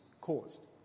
caused